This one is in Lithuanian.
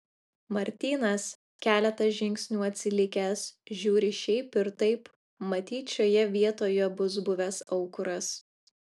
martynas keletą žingsnių atsilikęs žiūri šiaip ir taip matyt šioje vietoje bus buvęs aukuras